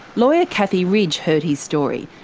lawyer kathy ridge heard his story,